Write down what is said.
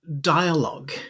dialogue